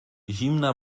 zimna